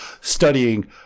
studying